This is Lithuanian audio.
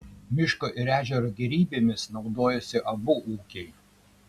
miško ir ežero gėrybėmis naudojosi abu ūkiai